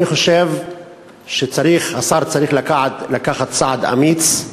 אני חושב שהשר צריך לקחת צעד אמיץ,